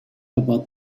about